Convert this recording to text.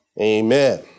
Amen